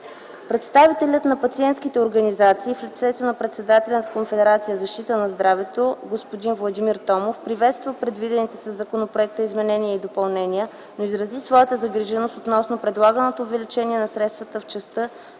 Представителят на пациентските организации, в лицето на председателя на Конфедерация „Защита на здравето” господин Владимир Томов приветства предвидените със законопроекта изменения и допълнения, но изрази своята загриженост относно предлаганото увеличение на средствата в частта